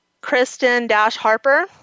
Kristen-Harper